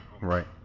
Right